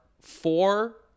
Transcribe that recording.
four